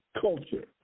culture